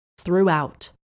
throughout